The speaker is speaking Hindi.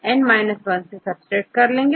तो आप वेट लेकर18से सब्ट्रैक्ट करेंगे